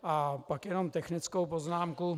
A pak jenom technickou poznámku.